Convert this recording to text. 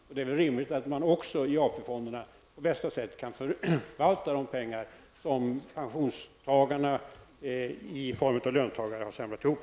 Då är det väl rimligt att man också i fråga om AP-fonderna på bästa sätt kan förvalta de pengar som pensionstagarna, dvs. löntagarna, har samlat ihop.